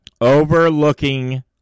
overlooking